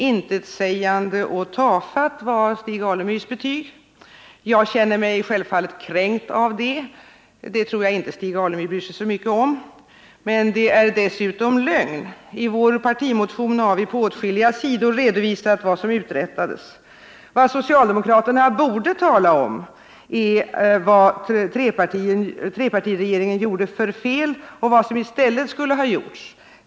Intetsägande och tafatt, var Stig Alemyrs betyg. Jag känner mig självfallet kränkt av det — det tror jag inte Stig Alemyr bryr sig om — men det är dessutom lögn. I vår partimotion har vi på åtskilliga sidor redovisat vad som uträttades under trepartiregeringens tid. Vad socialdemokraterna borde tala om är vad trepartiregeringen gjorde för fel och vad som i stället skulle ha gjorts.